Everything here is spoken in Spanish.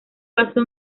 basó